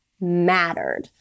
mattered